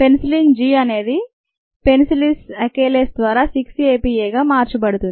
penicillin G అనేది penicillin acylase ద్వారా 6 ఏపీఏగా మార్చబడుతుంది